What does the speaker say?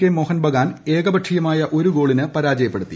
K Bagan ഏക പക്ഷീയമായ ഒരു ഗോളിന് പരാജയപ്പെടുത്തി